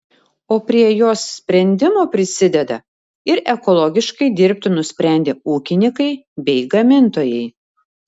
o prie jos sprendimo prisideda ir ekologiškai dirbti nusprendę ūkininkai bei gamintojai